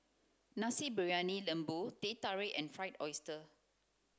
nasi briyani lembu teh tarik and fried oyster